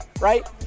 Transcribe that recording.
right